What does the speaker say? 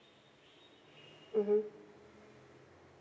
mm